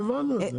הבנו את זה.